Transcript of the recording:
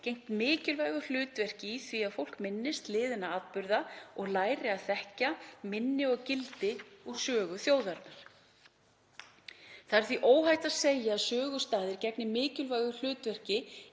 gegnt mikilvægu hlutverki í því að fólk minnist liðinna atburða og læri að þekkja minni og gildi úr sögu þjóðarinnar. Það er því óhætt að segja að sögustaðir gegni mikilvægu hlutverki